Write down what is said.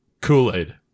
Kool-Aid